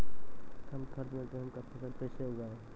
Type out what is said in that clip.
कम खर्च मे गेहूँ का फसल कैसे उगाएं?